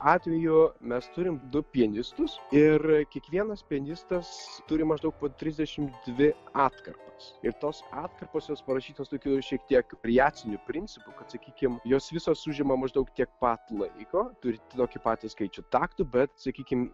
atveju mes turim du pianistus ir kiekvienas pianistas turi maždaug po trisdešim dvi atkarpas ir tos atkarpos jos parašytos tokiu šiek tiek variaciniu principu kad sakykim jos visos užima maždaug tiek pat laiko turi tokį patį skaičių taktų bet sakykim